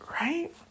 right